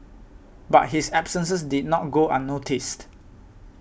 but his absences did not go unnoticed